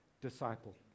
disciple